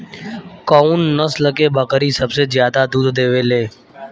कउन नस्ल के बकरी सबसे ज्यादा दूध देवे लें?